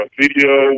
video